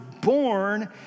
born